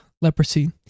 leprosy